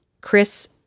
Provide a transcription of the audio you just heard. Chris